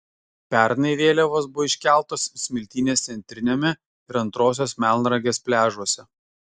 pernai vėliavos buvo iškeltos smiltynės centriniame ir antrosios melnragės pliažuose